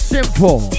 Simple